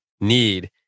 need